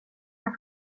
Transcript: jag